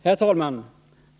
Herr talman!